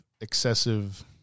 excessive